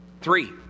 Three